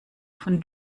von